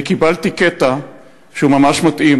וקיבלתי קטע שהוא ממש מתאים,